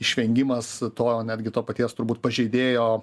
išvengimas to netgi to paties turbūt pažeidėjo